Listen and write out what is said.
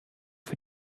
für